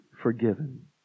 forgiven